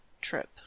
trip